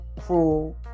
cruel